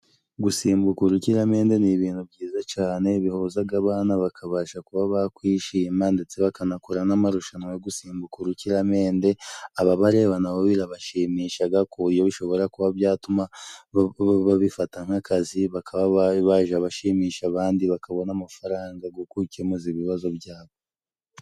Gusimbuka urukiramende ni ibintu byiza cyane bihuzaga abana bakabasha kuba bakwishima, ndetse bakanakora n'amarushanwa yo gusimbuka urukiramende. Ababare na bo birabashimishaga, ku buryo bishobora kuba byatuma babifata nk'akazi. bakaba baja bashimisha abandi, bakabona amafaranga go gukukemuza ibibazo byabo.